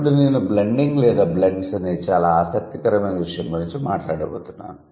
ఇప్పుడు నేను బ్లెండింగ్ లేదా బ్లెండ్స్ అనే చాలా ఆసక్తికరమైన విషయం గురించి మాట్లాడబోతున్నాను